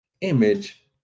image